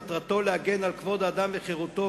מטרתו להגן על כבוד האדם וחירותו,